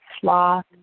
sloth